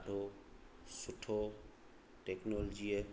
ॾाढो सुठो टेक्नोलॉजीअ